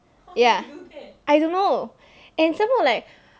ya I don't know and some more like